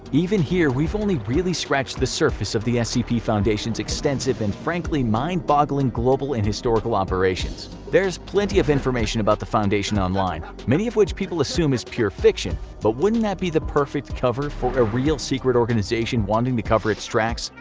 even here, we've only really scratched the surface of the scp foundation's extensive and frankly mind-boggling global and historical operations. there's plenty of information about the foundation online, many of which people assume is pure fiction. but wouldn't that be the perfect cover for a real secret organisation wanting to cover its tracks?